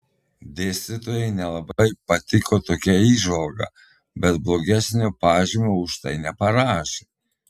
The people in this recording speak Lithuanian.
dėstytojai nelabai patiko tokia įžvalga bet blogesnio pažymio už tai neparašė